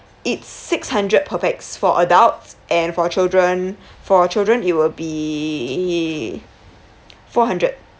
it's six hundred per pax for adults and for children for children it will be four hundred